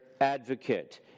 advocate